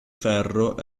ferro